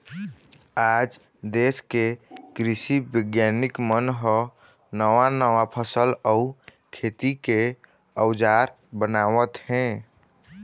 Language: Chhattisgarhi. आज देश के कृषि बिग्यानिक मन ह नवा नवा फसल अउ खेती के अउजार बनावत हे